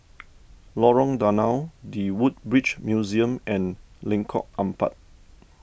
Lorong Danau the Woodbridge Museum and Lengkok Empat